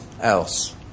else